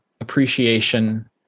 appreciation